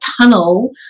tunnel